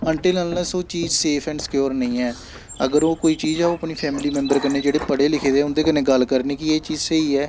until unless ओह् चीज safe and secure नेईं ऐ अगर ओह् कोई चीज ऐ ओह् अपने फैमली मैंबर कन्नै जेह्ड़े पढ़े लिखे दे उं'दे कन्नै गल्ल करनी कि एह् चीज स्हेई ऐ